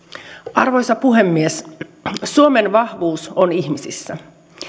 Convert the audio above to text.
arvoisa puhemies suomen vahvuus on ihmisissä